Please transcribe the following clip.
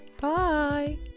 Bye